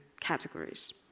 categories